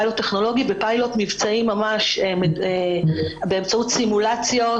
פיילוט טכנולוגי ופיילוט מבצעי ממש באמצעות סימולציות